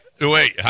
Wait